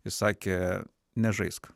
įsakė nežaisk